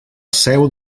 seu